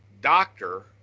doctor